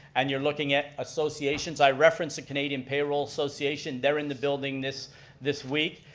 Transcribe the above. and you're looking at associations. i referenced the canadian payroll association, they're in the building this this week.